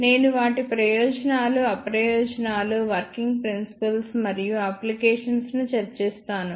నేను వాటి ప్రయోజనాలు అప్రయోజనాలు వర్కింగ్ ప్రిన్సిపుల్ మరియు అప్లికేషన్స్ ను చర్చిస్తాను